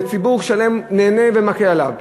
וציבור שלם נהנה וזה מקל עליו,